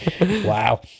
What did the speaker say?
Wow